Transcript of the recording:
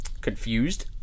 Confused